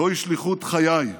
זוהי שליחות חיי,